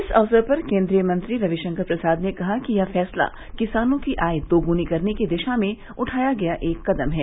इस अवसर पर केन्द्रीय मंत्री रविशंकर प्रसाद ने कहा कि यह फैसला किसानों की आय दोगुनी करने की दिशा में उठाया गया एक कदम है